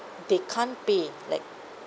they can't pay like